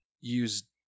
use